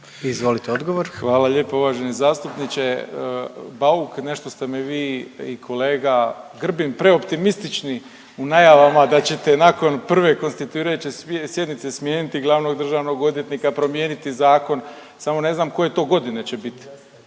Ivan (HDZ)** Hvala lijepo uvaženi zastupniče Bauk. Nešto ste mi vi i kolega Grbin preoptimistični u najavama da ćete nakon prve konstituirajuće sjednice smijeniti glavnog državnog odvjetnika, promijeniti zakon, samo ne znam koje to godine će biti,